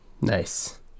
Nice